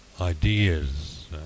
ideas